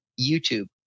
YouTube